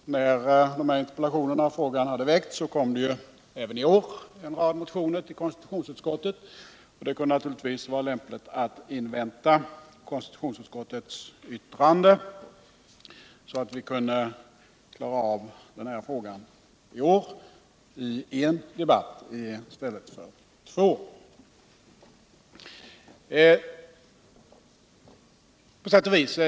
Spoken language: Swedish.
Ffier det att interpellationerna och frågan framställdes, väcktes även en rad motioner, och det kunde naturligtvis vara lämpligt att invänta Konstitutionsutskottets yttrande, så att vi kunde klara av frågan i år med en debatt i stället för med två.